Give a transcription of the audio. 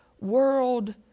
world